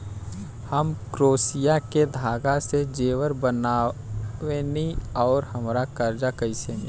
हम क्रोशिया के धागा से जेवर बनावेनी और हमरा कर्जा कइसे मिली?